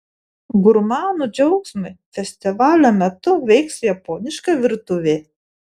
gurmanų džiaugsmui festivalio metu veiks japoniška virtuvė